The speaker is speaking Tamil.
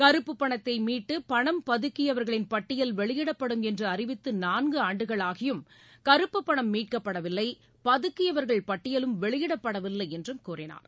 கறுப்பு பணத்தை மீட்டு பணம் பதுக்கியவர்களின் பட்டியல் வெளியிடப்படும் என்று அறிவித்து ஆண்டுகள் ஆகியும் கறப்பு பணம் மீட்கப்படவில்லை பதுக்கியவர்கள் பட்டியலும் நான்கு வெளியிடப்படவில்லை என்றும் கூறினார்